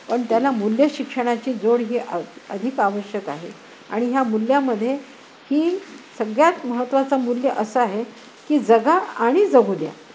पण त्यांना मूल्य शिक्षणाची जोड ही आ अधिक आवश्यक आहे आणि ह्या मूल्यामध्ये ही सगळ्यात महत्त्वाचा मूल्य असा आहे की जगा आणि जगु द्या